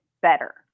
better